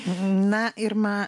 na irma